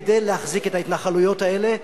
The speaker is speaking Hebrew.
כדי להחזיק את ההתנחלויות האלה,